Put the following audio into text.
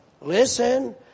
listen